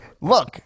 look